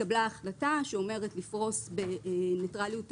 התקבלה החלטה שאומרת לפרוס בניטרליות טכנולוגית.